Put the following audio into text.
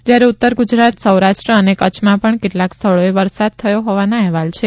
જ્યારે ઉત્તર ગુજરાત સૌરાષ્ટ્ર અને કચ્છમાં પણ કેટલાંક સ્થળોએ વરસાદ થયો હોવાના અહેવાલ છે